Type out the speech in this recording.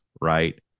right